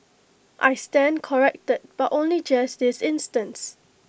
I stand corrected but only just this instance